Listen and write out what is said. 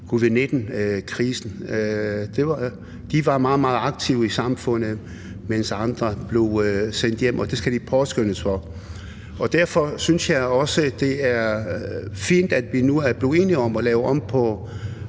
covid-19-krisen. De var meget, meget aktive i samfundet, mens andre jo blev sendt hjem, og det skal de påskønnes for. Derfor synes jeg også, det er fint, at vi nu er blevet enige om at lave om på